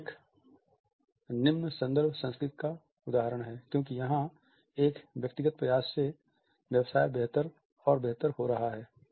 यह एक निम्न संदर्भ संस्कृति का एक उदाहरण है क्योंकि यहाँ एक व्यक्तिगत प्रयास से व्यवसाय बेहतर और बेहतर हो रहा है